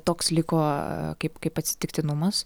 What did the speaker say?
toks liko kaip kaip atsitiktinumas